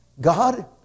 God